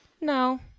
No